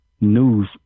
news